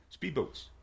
Speedboats